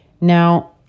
Now